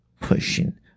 pushing